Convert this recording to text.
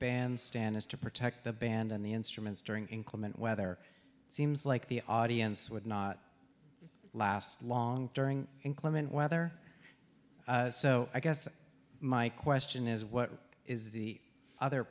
bandstand is to protect the band and the instruments during inclement weather it seems like the audience would not last long during inclement weather so i guess my question is what is the other